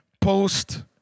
post